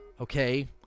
okay